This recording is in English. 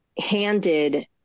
handed